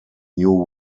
new